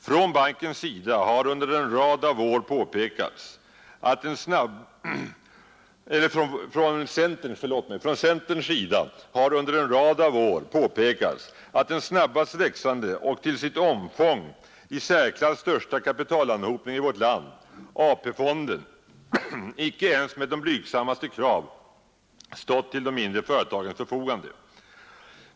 Från centerns sida har under en rad av år påpekats att den snabbast växande och till sitt omfång i särklass största kapitalanhopningen i vårt land, AP-fonden, icke ens med de blygsammaste krav stått till de mindre företagens förfogande.